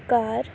ਕਰ